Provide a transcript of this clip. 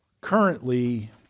currently